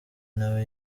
nawe